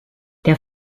der